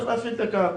צריך להפעיל את הקו.